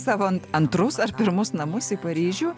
savo antrus ar pirmus namus į paryžių